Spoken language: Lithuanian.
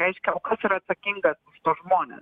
reiškia o kas yra atsakingas už tuos žmones